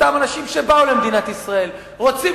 אותם אנשים שבאו למדינת ישראל ורוצים